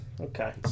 Okay